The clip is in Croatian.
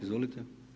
Izvolite.